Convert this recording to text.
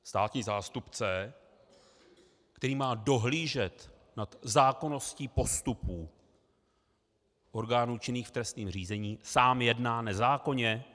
Státní zástupce, který má dohlížet nad zákonností postupů orgánů činných v trestním řízení, sám jedná nezákonně?